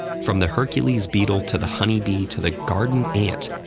from the hercules beetle to the honey bee to the garden ant,